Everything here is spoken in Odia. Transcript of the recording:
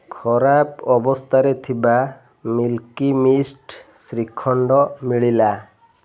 ଖରାପ ଅବସ୍ଥାରେ ଥିବା ମିଲ୍କି ମିଷ୍ଟ୍ ଶ୍ରୀଖଣ୍ଡ ମିଳିଲା